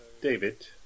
David